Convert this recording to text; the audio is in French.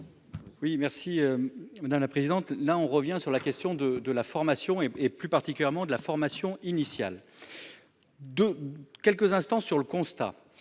Oui merci. Dans la présidente, là on revient sur la question de, de la formation et plus particulièrement de la formation initiale. De quelques instants sur le constat,